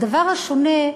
הדבר השונה,